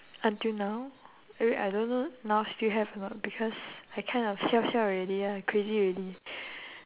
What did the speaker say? until now wait I don't know now still have or not because I kind of siao siao already ah crazy already